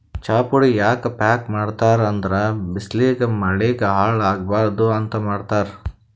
ಚಾಪುಡಿ ಯಾಕ್ ಪ್ಯಾಕ್ ಮಾಡ್ತರ್ ಅಂದ್ರ ಬಿಸ್ಲಿಗ್ ಮಳಿಗ್ ಹಾಳ್ ಆಗಬಾರ್ದ್ ಅಂತ್ ಮಾಡ್ತಾರ್